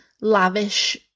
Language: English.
lavish